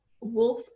Wolf